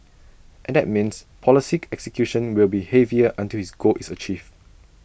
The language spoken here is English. and that means policy execution will be heavier until his goal is achieved